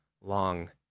long